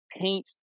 paint